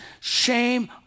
shame